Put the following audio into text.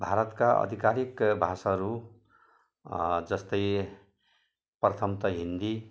भारतका आधिकारिक भाषाहरू जस्तै प्रथमतः हिन्दी